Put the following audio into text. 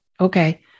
Okay